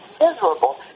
miserable